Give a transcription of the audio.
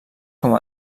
com